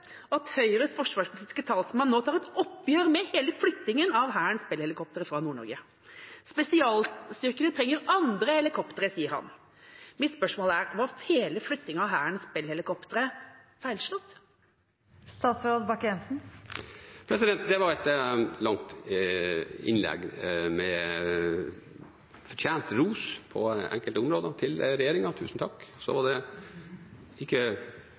at Høyres forsvarspolitiske talsmann nå tar et oppgjør med hele flyttingen av Hærens Bell-helikoptre fra Nord-Norge. Spesialstyrkene trenger andre helikopter, sier han. Mitt spørsmål er: Var hele flyttingen av Hærens Bell-helikopter feilslått? Det var et langt innlegg med fortjent ros til regjeringen på enkelte områder – tusen takk – og så er det